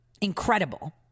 Incredible